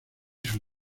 sus